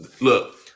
Look